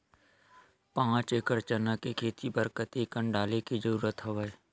पांच एकड़ चना के खेती बर कते कन डाले के जरूरत हवय?